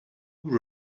who